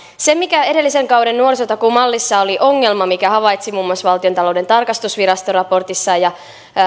se mikä edellisen kauden nuorisotakuumallissa oli ongelma minkä havaitsi muun muassa valtiontalouden tarkastusvirasto raportissaan ja